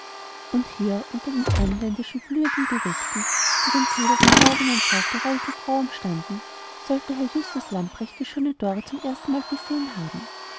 und hier unter den fremdländischen blühenden gewächsen die den silberbeschlagenen sarg der reichen frau umstanden sollte herr justus lamprecht die schöne dore zum erstenmal gesehen haben